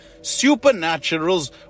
Supernaturals